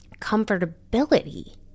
comfortability